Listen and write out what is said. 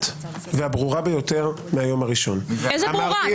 והברורה ביותר מהיום הראשון -- איזה ברורה?